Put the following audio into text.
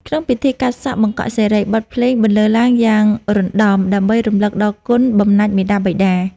ក្នុងពិធីកាត់សក់បង្កក់សិរី បទភ្លេងបន្លឺឡើងយ៉ាងរណ្ដំដើម្បីរំលឹកដល់គុណបំណាច់មាតាបិតា។